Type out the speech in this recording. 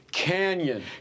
canyon